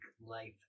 life